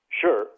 Sure